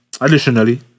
Additionally